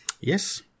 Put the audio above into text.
Yes